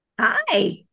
Hi